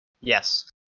Yes